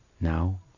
now